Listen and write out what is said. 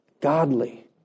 godly